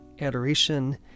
adoration